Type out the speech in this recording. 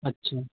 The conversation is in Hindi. अच्छा